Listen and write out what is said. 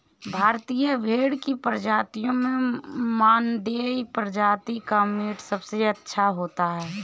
भारतीय भेड़ की प्रजातियों में मानदेय प्रजाति का मीट सबसे अच्छा होता है